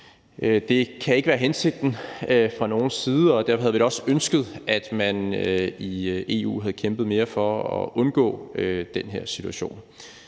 Det kan ikke være hensigten fra nogens side, og derfor havde vi da også ønsket, at man i EU havde kæmpet mere for at undgå den her situation.